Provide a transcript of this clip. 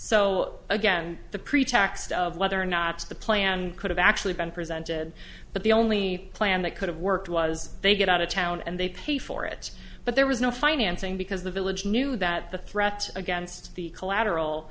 so again the pretext of whether or not the plan could have actually been presented but the only plan that could have worked was they get out of town and they pay for it but there was no financing because the village knew that the threat against the collateral